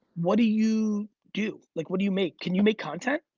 what do you do? like, what do you make? can you make content?